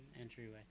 entryway